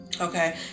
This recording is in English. okay